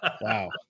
Wow